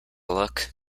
look